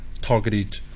targeted